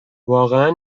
واقعا